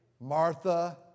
Martha